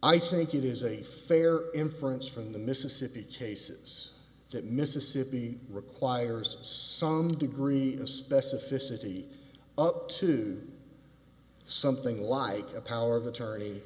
i think it is a fair inference from the mississippi cases that mississippi requires some degree of specificity up to something like a power of attorney